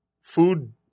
food